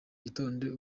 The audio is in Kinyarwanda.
gitondo